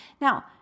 Now